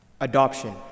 Adoption